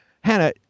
Hannah